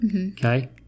okay